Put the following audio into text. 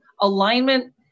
alignment